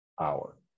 hour